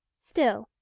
still,